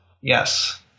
yes